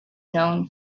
known